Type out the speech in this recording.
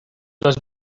los